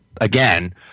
Again